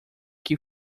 que